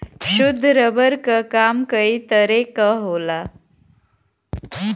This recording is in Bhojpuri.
शुद्ध रबर क काम कई तरे क होला